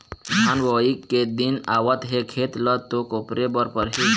धान बोवई के दिन आवत हे खेत ल तो कोपरे बर परही